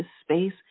space